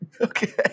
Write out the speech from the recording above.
Okay